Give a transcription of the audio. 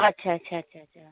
अच्छा अच्छा